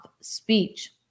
speech